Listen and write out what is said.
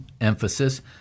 emphasis